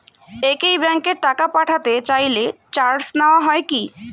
একই ব্যাংকে টাকা পাঠাতে চাইলে চার্জ নেওয়া হয় কি?